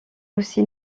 aussi